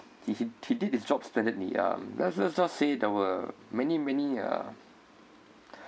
he he he did his job splendidly um let's let's just say there were many many uh